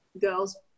girls